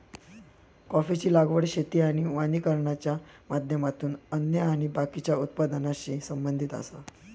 कॉफीची लागवड शेती आणि वानिकरणाच्या माध्यमातून अन्न आणि बाकीच्या उत्पादनाशी संबंधित आसा